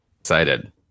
excited